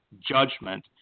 judgment